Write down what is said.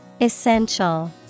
Essential